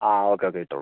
ആ okay okay ഇട്ടോളൂ